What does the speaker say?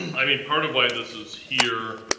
i mean, part of why this is here,